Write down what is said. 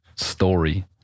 Story